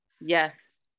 Yes